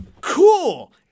Cool